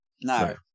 no